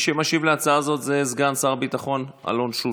מי שמשיב להצעה הזו זה סגן שר הביטחון אלון שוסטר,